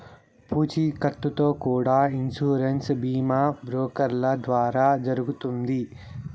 పూచీకత్తుతో కూడా ఇన్సూరెన్స్ బీమా బ్రోకర్ల ద్వారా జరుగుతుంది